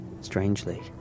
Strangely